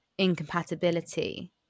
incompatibility